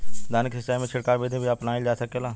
धान के सिचाई में छिड़काव बिधि भी अपनाइल जा सकेला?